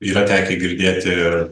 yra tekę girdėti ir